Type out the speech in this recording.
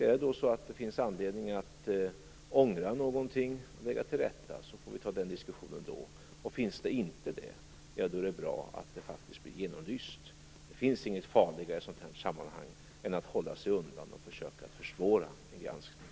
Är det då så att det finns anledning att ångra någonting och lägga något till rätta får vi ta den diskussionen då, och finns det inte det, ja då är det bra att saken faktiskt blir genomlyst. Det finns inget farligare i sådana här sammanhang än att hålla sig undan och försöka försvåra granskning.